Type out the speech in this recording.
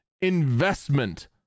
investment